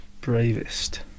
Bravest